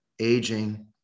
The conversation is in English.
aging